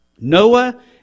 Noah